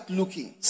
looking